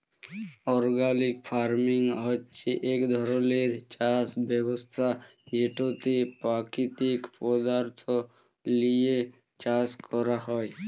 organic farming হছে ইক ধরলের চাষ ব্যবস্থা যেটতে পাকিতিক পদাথ্থ লিঁয়ে চাষ ক্যরা হ্যয়